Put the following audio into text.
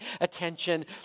attention